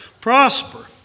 prosper